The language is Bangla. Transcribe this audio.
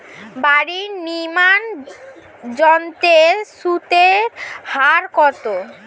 বাড়ি নির্মাণ ঋণের সুদের হার কত?